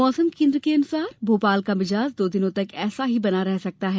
मौसम केन्द्र के अनुसार मौसम का मिजाज दो दिनों तक ऐसा ही बना रह सकता है